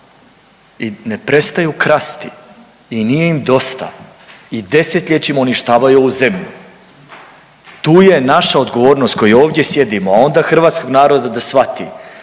I ne prestaju krasti. I nije im dosta. I desetljećima uništavaju ovu zemlju. Tu je naša odgovornost koji ovdje sjedimo, a onda hrvatskog naroda da shvati.